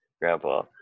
Grandpa